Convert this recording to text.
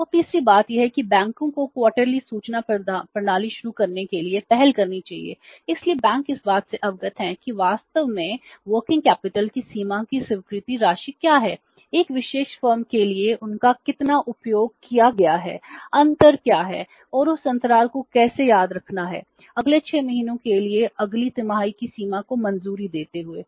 और तीसरी बात यह है कि बैंकों को तिमाही की सीमा की स्वीकृति राशि क्या है 1 विशेष फर्म के लिए उनका कितना उपयोग किया गया है अंतर क्या है और उस अंतराल को कैसे याद रखना है अगले 6 महीनों के लिए अगली तिमाही की सीमा को मंजूरी देते हुए